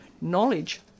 knowledge